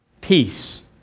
peace